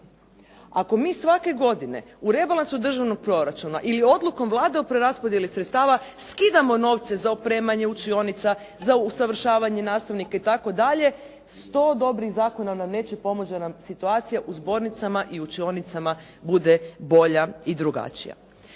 Ako mi svake godine u rebalansu državnog proračuna ili odlukom Vlade o preraspodjeli sredstava skidamo novce za opremanje učionica, za usavršavanje nastavnika itd. sto dobrih zakona nam neće pomoći da nam situacija u zbornicama i učionicama bude bolja i drugačija.